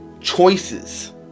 choices